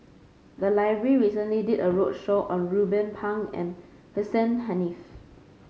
the library recently did a roadshow on Ruben Pang and Hussein Haniff